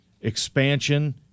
expansion